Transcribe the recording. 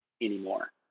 anymore